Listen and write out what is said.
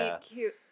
cute